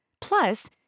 Plus